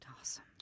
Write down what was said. awesome